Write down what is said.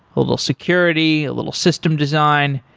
a little security, a little system design.